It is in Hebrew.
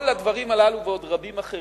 כל הדברים הללו, ועוד רבים אחרים,